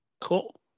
Cool